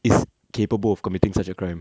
is capable of committing such a crime